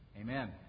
Amen